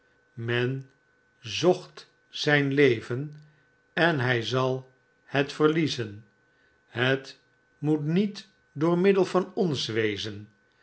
men zocht zijn leven en hij zal het verliezen het moet niet door iniddel van ons wezen